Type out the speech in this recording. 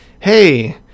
hey